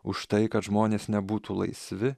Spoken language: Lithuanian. už tai kad žmonės nebūtų laisvi